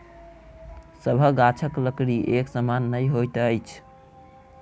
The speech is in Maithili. सभ गाछक लकड़ी एक समान नै होइत अछि